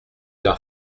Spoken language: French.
leur